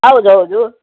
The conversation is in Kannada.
ಹೌದ್ ಹೌದು